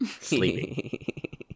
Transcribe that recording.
sleeping